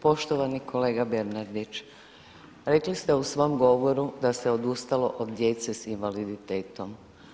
Poštovani kolega Bernardić, rekli ste u svom govoru da se odustalo od djece s invaliditetom.